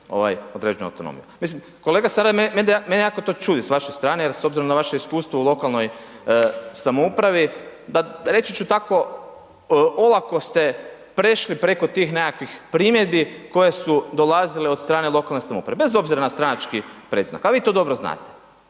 određenu autonomiju. Mislim kolega, mene jako to čudi sa vaše strane jer s obzirom na vaše iskustvo u lokalnoj samoupravi, pa reći ću tako, olako ste prešli preko tih nekakvih primjedbi koje su dolazile od strane lokalne samouprave bez obzira na stranački predznak a vi to dobro znate.